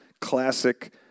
classic